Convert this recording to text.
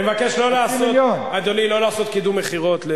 אדוני, אני מבקש לא לעשות קידום מכירות,